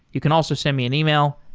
you can also send me an email,